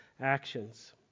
actions